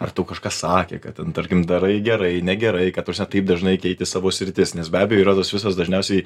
ar tau kažką sakė kad ten tarkim darai gerai negerai ta prasme taip dažnai keiti savo sritis nes be abejo yra tos visos dažniausiai